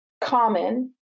common